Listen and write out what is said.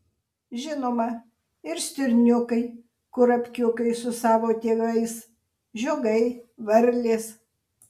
žinoma ir stirniukai kurapkiukai su savo tėvais žiogai varlės